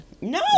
No